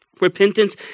Repentance